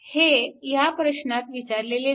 हे ह्या प्रश्नात विचारलेले नाही